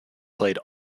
played